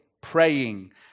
Praying